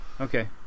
Okay